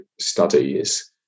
studies